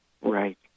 Right